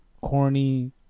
corny